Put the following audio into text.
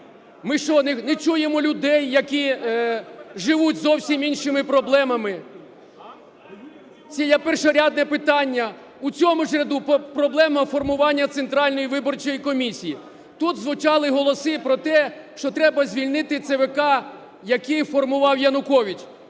Ми що, не чуємо людей, які живуть зовсім іншими проблемами? Це є першорядне питання. У цьому ж ряду проблема формування Центральної виборчої комісії. Тут звучали голоси про те, що треба звільнити ЦВК, який формував Янукович.